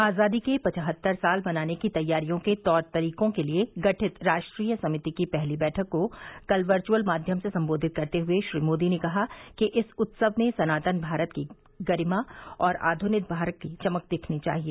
आजादी के पचहत्तर साल मनाने की तैयारियों के तौर तरीकों के लिए गठित राष्ट्रीय समिति की पहली बैठक को कल वर्च्अल माध्यम से संबोधित करते हुए श्री मोदी ने कहा कि यह उत्सव सनातन भारत की महिमा और आध्निक भारत की चमक दिखनी चाहिए